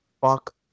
fuck